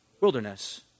wilderness